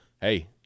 Hey